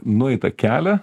nueitą kelią